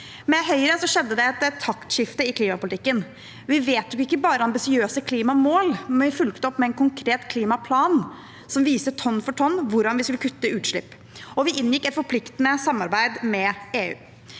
Med Høyre skjedde det et taktskifte i klimapolitikken. Ikke bare vedtok vi ambisiøse klimamål, men vi fulgte også opp med en konkret klimaplan som viste tonn for tonn hvordan vi skulle kutte utslipp, og vi inngikk et forpliktende samarbeid med EU.